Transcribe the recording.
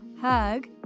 hug